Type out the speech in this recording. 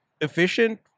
efficient